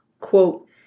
quote